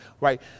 right